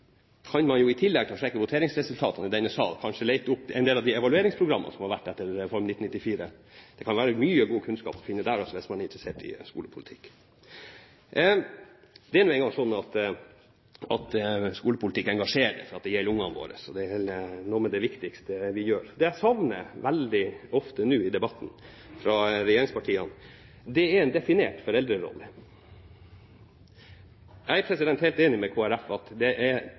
kan i tillegg til å sjekke voteringsresultatene fra denne sal kanskje lete opp en del av de evalueringsprogrammene som har vært etter Reform 94. Det kan være mye god kunnskap å finne der også, hvis man er interessert i skolepolitikk. Det er nå en gang sånn at skolepolitikk engasjerer, for den gjelder ungene våre, det viktigste vi har. Det jeg veldig ofte savner fra regjeringspartiene i debattene, er en definert foreldrerolle. Jeg er helt enig med Kristelig Folkeparti i at det er